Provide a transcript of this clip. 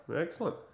Excellent